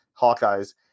Hawkeyes